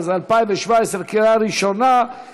34 בעד, שבעה מתנגדים, אחד נמנע.